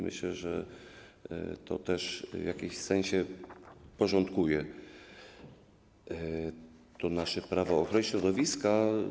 Myślę, że to też w jakimś sensie porządkuje nasze Prawo ochrony środowiska.